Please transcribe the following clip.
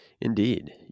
Indeed